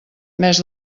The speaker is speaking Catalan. mes